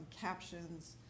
captions